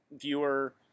viewer